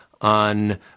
on